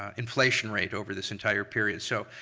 ah inflation rate over this entire period. so,